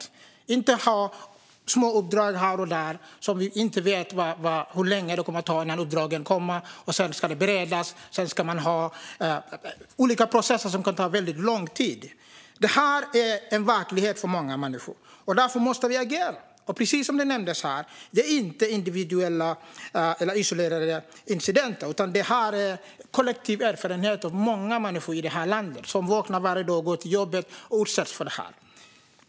Vi ska inte ha små uppdrag här och där, och vi ska inte ha det så att vi inte vet hur länge det kommer att ta innan uppdragen kommer och så att det hela sedan ska beredas. Dessa olika processer kan ta väldigt lång tid. Det här är en verklighet för många människor, och därför måste vi agera. Precis som nämndes handlar det inte om isolerade incidenter utan om kollektiv erfarenhet. Det är många människor i det här landet som varje dag vaknar, går till jobbet och utsätts för detta.